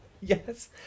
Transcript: Yes